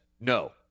No